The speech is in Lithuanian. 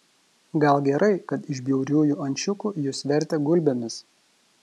gal gerai kad iš bjauriųjų ančiukų jus vertė gulbėmis